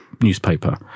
newspaper